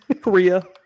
Korea